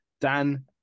Dan